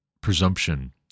presumption